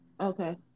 Okay